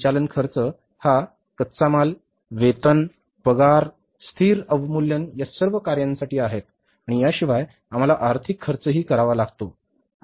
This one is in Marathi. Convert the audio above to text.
परिचालन खर्च हा कच्चा माल वेतन पगार स्थिर अवमूल्यन या सर्व कार्यांसाठी आहेत आणि याशिवाय आम्हाला आर्थिक खर्चही करावा लागतो